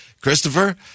Christopher